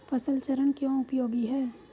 फसल चरण क्यों उपयोगी है?